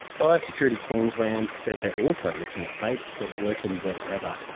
biosecurity queensland says they're also looking at baits that work in wet weather.